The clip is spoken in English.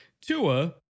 Tua